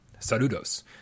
saludos